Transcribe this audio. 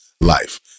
life